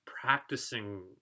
practicing